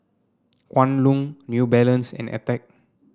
Kwan Loong New Balance and Attack